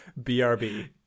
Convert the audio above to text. BRB